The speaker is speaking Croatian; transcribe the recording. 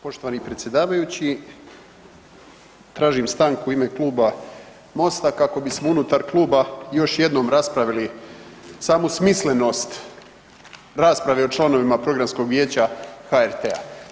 Poštovani predsjedavajući tražim stanku u ime Kluba MOST-a kako bismo unutar kluba još jednom raspravili samu smislenost rasprave o članovima Programskog vijeća HRT-a.